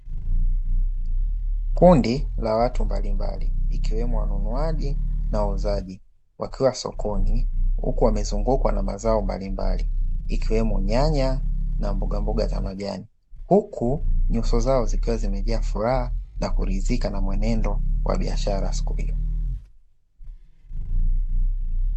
Kundi la watu mbalimbali, ikiwemo wanunuaji na wauzaji, wakiwa sokoni, huku wamezungukwa na mazao mbalimbali, ikiwemo nyanya na mbogamboga za majani. Huku nyuso zao zikiwa zimejaa furaha na kuridhika na mwenendo wa biashara wa siku hiyo.